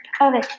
Okay